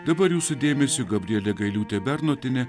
dabar jūsų dėmesiui gabrielė gailiūtė bernotienė